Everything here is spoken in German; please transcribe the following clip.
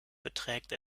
beträgt